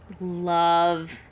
love